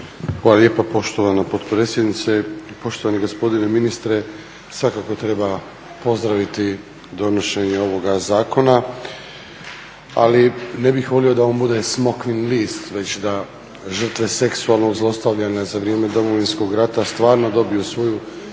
Hvala lijepa poštovana potpredsjednice, poštovani gospodine ministre. Svakako treba pozdraviti donošenje ovoga zakona, ali ne bih volio da on bude smokvin list, već da žrtve seksualnog zlostavljanja za vrijeme Domovinskog rata stvarno dobiju svoju